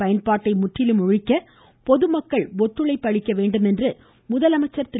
பயன்பாட்டை முற்றிலும் ஒழிக்க பொதுமக்கள் ஒத்துழைக்க வேண்டுமென்று முதலமைச்சர் திரு